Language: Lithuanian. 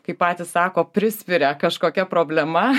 kaip patys sako prispiria kažkokia problema